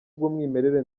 bw’umwimerere